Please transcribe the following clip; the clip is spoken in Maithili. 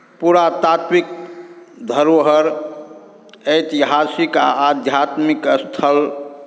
पुरातात्विक धरोहर ऐतिहासिक आ आध्यात्मिक स्थल